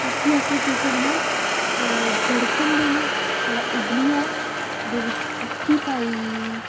उसी असें केह् करना गड़कन देना थोह्ड़ा उब्बली जाए ओह्दे बिच्च पत्ती पाई ओड़नी